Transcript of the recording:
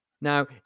Now